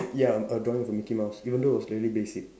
ya a drawing of a mickey mouse even though it was really basic